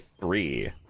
three